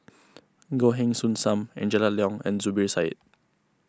Goh Heng Soon Sam Angela Liong and Zubir Said